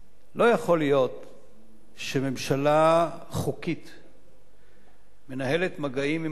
לא יכול להיות שממשלה חוקית מנהלת מגעים עם העולם,